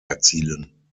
erzielen